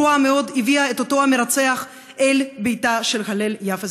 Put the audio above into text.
ההסתה הפלסטינית הפרועה מאוד הביאה את אותו מרצח אל ביתה של הלל יפה,